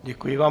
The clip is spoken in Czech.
Děkuji vám.